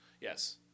Yes